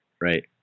Right